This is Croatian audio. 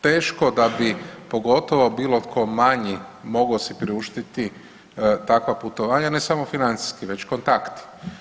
Teško da bi pogotovo bilo tko manji mogao si priuštiti takva putovanja, ne samo financijski već kontakt.